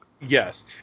yes